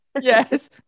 Yes